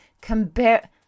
Compare